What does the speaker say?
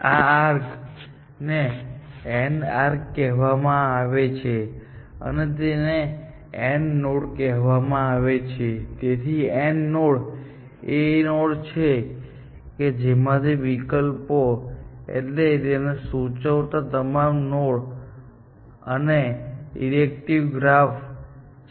આ આર્ક ને AND arc કહેવામાં આવે છે અને તેને AND નોડ કહેવામાં આવે છે તેથી AND નોડ એ નોડ છે જેમાંથી વિકલ્પો એટલે કે તેમને સૂચવતા તમામ નોડ અને તે ડિરેકટીવ ગ્રાફ છે